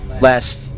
Last